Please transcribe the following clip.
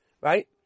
right